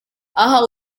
aha